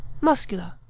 muscular